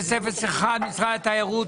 37001. משרד התיירות.